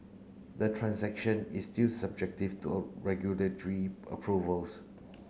the transaction is still subjective to regulatory approvals